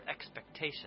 expectation